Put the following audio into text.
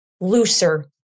looser